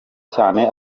cyane